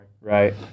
Right